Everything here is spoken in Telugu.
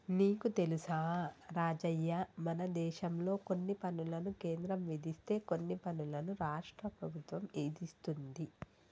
నీకు తెలుసా రాజయ్య మనదేశంలో కొన్ని పనులను కేంద్రం విధిస్తే కొన్ని పనులను రాష్ట్ర ప్రభుత్వం ఇదిస్తుంది